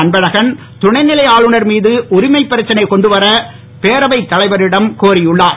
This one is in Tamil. அன்பழகன் துணை நிலை ஆளுநர் மீது உரிமைப் பிரச்சனை கொண்டுவர பேரவைத் தலைவரிடம் கோரியுள்ளார்